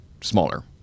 smaller